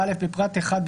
בפרט (3),